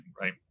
right